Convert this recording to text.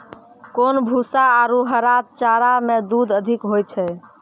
कोन भूसा आरु हरा चारा मे दूध अधिक होय छै?